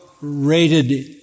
rated